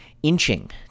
inching